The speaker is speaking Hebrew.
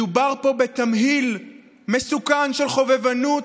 מדובר פה בתמהיל מסוכן של חובבנות,